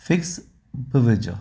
figs बि विझो